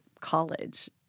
college